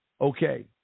okay